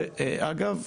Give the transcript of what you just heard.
זה, אגב,